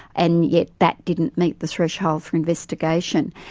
and yet that didn't meet the threshold for investigation,